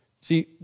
See